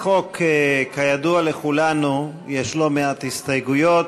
לחוק, כידוע לכולנו, יש לא מעט הסתייגויות.